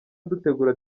dutegura